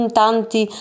tanti